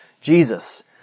Jesus